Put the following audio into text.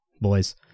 boys